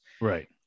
Right